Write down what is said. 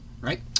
right